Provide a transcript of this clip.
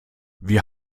wir